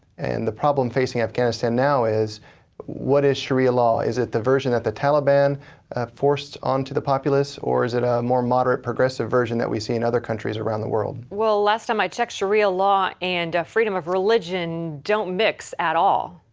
and the problem facing afghanistan now is what is sharia law? is it the version that the taliban forced on to the populace or is it a more moderate, progressive version that we see in other countries around the world? well, last time i checked sharia law and freedom of religion donit mix at all.